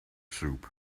soup